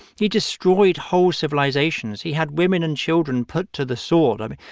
he destroyed whole civilizations. he had women and children put to the sword. i mean,